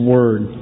Word